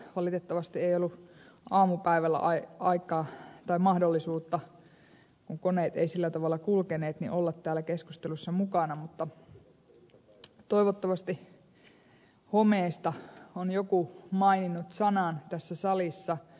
valitettavasti ei ollut aamupäivällä mahdollisuutta kun koneet eivät sillä tavalla kulkeneet olla täällä keskustelussa mukana mutta toivottavasti homeesta on joku maininnut sanan tässä salissa